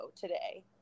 today